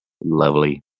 Lovely